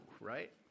right